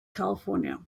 california